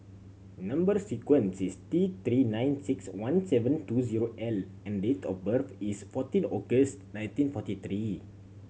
number sequence is T Three nine six one seven two zero L and date of birth is fourteen August nineteen forty three